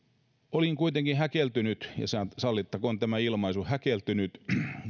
olin kuitenkin häkeltynyt ja sallittakoon tämä ilmaisu häkeltynyt